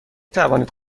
توانید